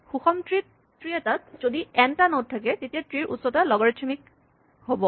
সুষম ট্ৰী এটাত যদি এন টা নড থাকে তেতিয়া ট্ৰী ৰ উচ্চতা লগাৰিথমিক হ'ব